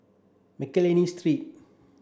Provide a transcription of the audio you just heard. Mcnally Street